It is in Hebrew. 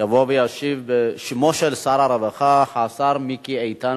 יבוא וישיב בשמו של שר הרווחה השר מיקי איתן.